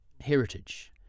heritage